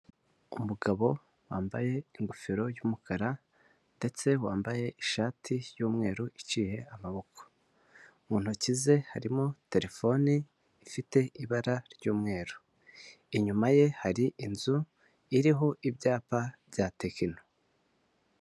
Umugabo wambaye ingofero y'umukara ndetse wambaye ishati y'umweru iciye amaboko, mu ntoki ze harimo terefone ifite ibara ry'umweru. Inyuma ye hari inzu iriho ibyapa bya Tekino.